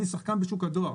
אני שחקן בשוק הדואר.